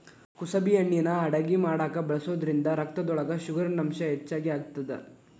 ಕುಸಬಿ ಎಣ್ಣಿನಾ ಅಡಗಿ ಮಾಡಾಕ ಬಳಸೋದ್ರಿಂದ ರಕ್ತದೊಳಗ ಶುಗರಿನಂಶ ಹೆಚ್ಚಿಗಿ ಆಗತ್ತದ